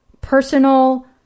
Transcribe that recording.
personal